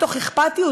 מתוך אכפתיות,